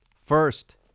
first